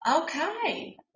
Okay